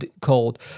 called